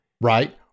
Right